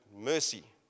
mercy